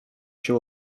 się